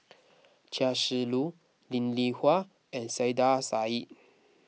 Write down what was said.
Chia Shi Lu Linn in Hua and Saiedah Said